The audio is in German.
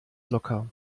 locker